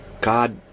god